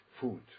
food